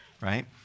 right